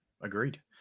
Agreed